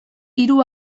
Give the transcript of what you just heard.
hiru